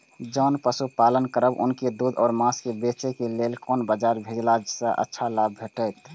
जोन पशु पालन करब उनकर दूध व माँस के बेचे के लेल कोन बाजार भेजला सँ अच्छा लाभ भेटैत?